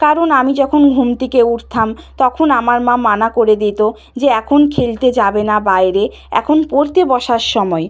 কারণ আমি যখন ঘুম থেকে উঠতাম তখন আমার মা মানা করে দিত যে এখন খেলতে যাবে না বাইরে এখন পড়তে বসার সময়